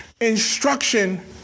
instruction